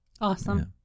Awesome